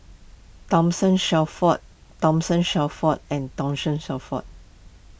Thomas Shelford Thomas Shelford and Thomas Shelford